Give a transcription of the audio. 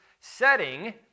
setting